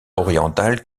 oriental